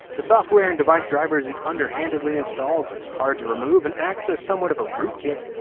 the software and device drivers it underhandedly installs is hard to remove and acts as somewhat of a rootkit,